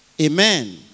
Amen